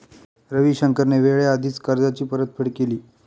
रविशंकरने वेळेआधीच कर्जाची परतफेड केली